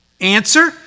Answer